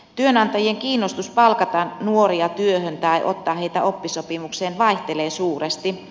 työnantajien kiinnostus palkata nuoria työhön tai ottaa heitä oppisopimukseen vaihtelee suuresti